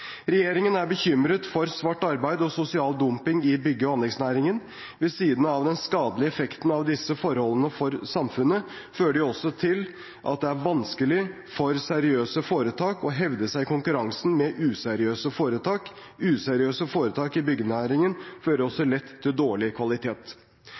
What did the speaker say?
Regjeringen er bekymret for svart arbeid og sosial dumping i bygge- og anleggsnæringen. Ved siden av den skadelige effekten av disse forholdene for samfunnet fører de også til at det er vanskelig for seriøse foretak å hevde seg i konkurransen med useriøse foretak. Useriøse foretak i byggenæringen fører også lett til dårlig kvalitet.